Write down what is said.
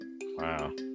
Wow